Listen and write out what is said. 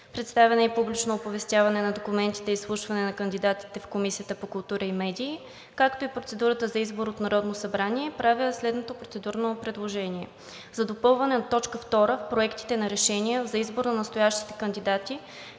представяне и публично оповестяване на документите и изслушване на кандидатите в Комисията по култура и медии, както и процедурата за избор от Народното събрание, правя следното процедурно предложение за допълване на точка втора в проектите на решение за избор на настоящите кандидати